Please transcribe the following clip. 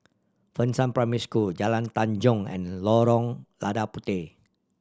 Fengshan Primary School Jalan Tanjong and Lorong Lada Puteh